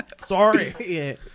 Sorry